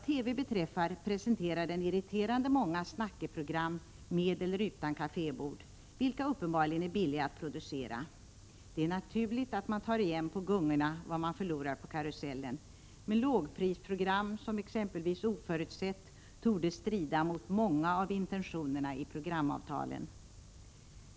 TV presenterar irriterande många snackeprogram med eller utan kafé bord, vilka uppenbarligen är billiga att producera. Det är naturligt att man tar igen på gungorna vad man förlorar på karusellen, men lågprisprogram som exempelvis Oförutsett torde strida mot många av intentionerna i programavtalen.